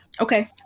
Okay